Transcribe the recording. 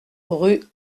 rue